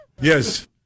Yes